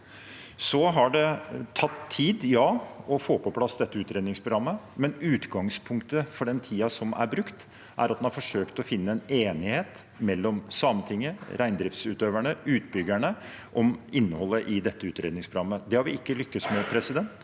det har tatt tid å få på plass dette utredningsprogrammet, men utgangspunktet for den tiden som er brukt, er at en har forsøkt å få en enighet mellom Sametinget, reindriftsutøverne og utbyggerne om innholdet i utredningsprogrammet. Det har vi ikke lykkes med. Det